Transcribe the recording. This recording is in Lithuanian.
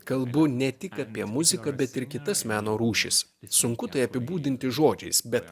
kalbu ne tik apie muziką bet ir kitas meno rūšis sunku tai apibūdinti žodžiais bet